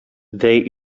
they